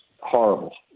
horrible